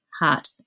heart